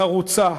חרוצה,